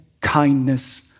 kindness